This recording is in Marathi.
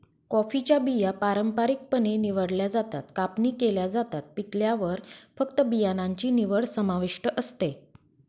कॉफीच्या बिया पारंपारिकपणे निवडल्या जातात, कापणी केल्या जातात, पिकल्यावर फक्त बियाणांची निवड समाविष्ट असते